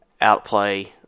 outplay